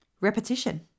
Repetition